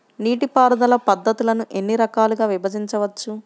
నీటిపారుదల పద్ధతులను ఎన్ని రకాలుగా విభజించవచ్చు?